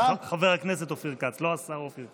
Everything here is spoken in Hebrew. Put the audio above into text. חבר הכנסת אופיר כץ, לא השר אופיר כץ.